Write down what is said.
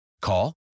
Call